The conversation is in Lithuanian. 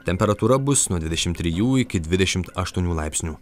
temperatūra bus nuo dvidešim trijų iki dvidešim aštuonių laipsnių